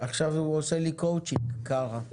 עכשיו הוא עושה לי קואוצ'ינג, קארה.